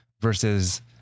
versus